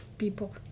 people